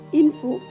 info